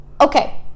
Okay